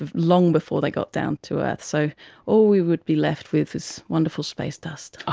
ah long before they got down to earth. so all we would be left with is wonderful space dust.